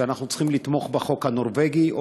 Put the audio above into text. אנחנו צריכים לתמוך בחוק הנורבגי,